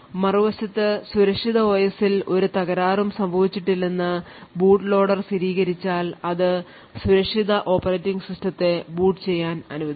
മറുവശത്ത് സുരക്ഷിത OS ൽ ഒരു തകരാറും സംഭവിച്ചിട്ടില്ലെന്നു ബൂട്ട് ലോഡർ സ്ഥിരീകരിച്ചാൽ അത് സുരക്ഷിത ഓപ്പറേറ്റിംഗ് സിസ്റ്റത്തെ ബൂട്ട് ചെയ്യാൻ അനുവദിക്കും